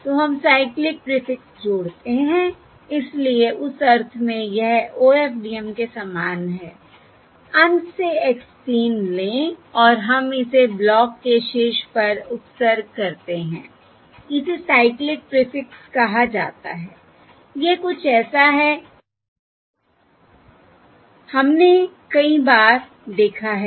तो हम cyclic prefix जोड़ते हैं इसलिए उस अर्थ में यह OFDM के समान है अंत से x 3 लें और हम इसे ब्लॉक के शीर्ष पर उपसर्ग करते हैं इसे साइक्लिक प्रीफिक्स कहा जाता है यह कुछ ऐसा है हमने कई बार देखा है